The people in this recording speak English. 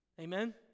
Amen